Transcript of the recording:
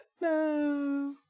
No